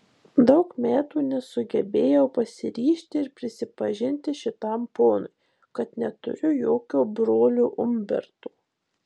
daug metų nesugebėjau pasiryžti ir prisipažinti šitam ponui kad neturiu jokio brolio umberto